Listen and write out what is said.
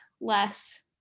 less